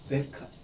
then car